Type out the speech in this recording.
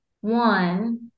One